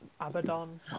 Abaddon